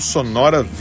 Sonora